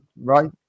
right